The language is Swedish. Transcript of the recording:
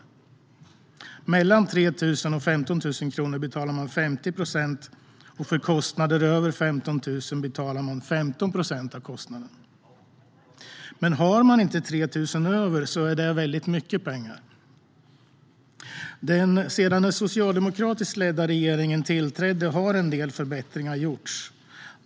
För kostnader mellan 3 000 och 15 000 betalar man 50 procent, och för kostnader över 15 000 betalar man 15 procent. Men om man inte har 3 000 över är detta väldigt mycket pengar. Sedan den socialdemokratiskt ledda regeringen tillträdde har en del förbättringar gjorts.